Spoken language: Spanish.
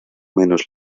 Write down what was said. menos